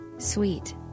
Sweet